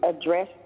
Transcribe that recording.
address